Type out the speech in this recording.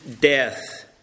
death